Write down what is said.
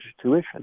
tuition